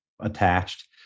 attached